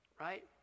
right